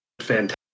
fantastic